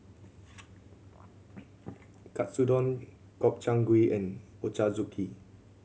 Katsudon Gobchang Gui and Ochazuke